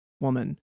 woman